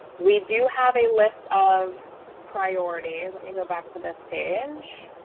we do have a list of priorities let me go back to this page.